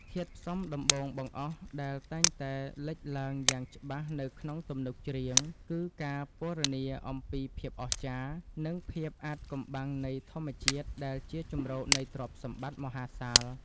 ធាតុផ្សំដំបូងបង្អស់ដែលតែងតែលេចឡើងយ៉ាងច្បាស់នៅក្នុងទំនុកច្រៀង គឺការពណ៌នាអំពីភាពអស្ចារ្យ និងភាពអាថ៌កំបាំងនៃធម្មជាតិដែលជាជម្រកនៃទ្រព្យសម្បត្តិមហាសាល។